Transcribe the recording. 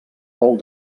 fou